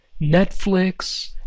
Netflix